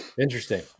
Interesting